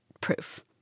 proof